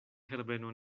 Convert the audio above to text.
herbeno